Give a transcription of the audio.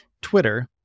Twitter